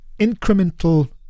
incremental